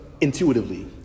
intuitively